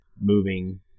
moving